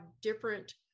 different